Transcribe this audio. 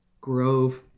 Grove